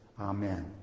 Amen